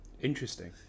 interesting